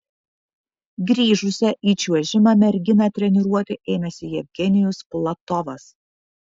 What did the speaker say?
grįžusią į čiuožimą merginą treniruoti ėmėsi jevgenijus platovas